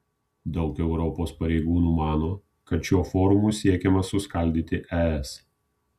daug europos pareigūnų mano kad šiuo forumu siekiama suskaldyti es